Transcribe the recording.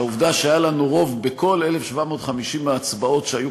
שהעובדה שהיה לנו רוב בכל 1,750 ההצבעות שהיו